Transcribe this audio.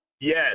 Yes